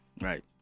Right